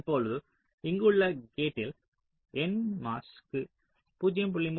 இப்போது இங்குள்ள கேட்டில் nMOS க்கு 0